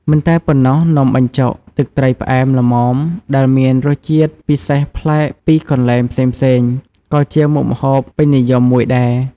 មិនតែប៉ុណ្ណោះ នំបញ្ចុក ទឹកត្រីផ្អែមល្មមដែលមានរសជាតិពិសេសប្លែកពីកន្លែងផ្សេងៗក៏ជាមុខម្ហូបពេញនិយមមួយដែរ។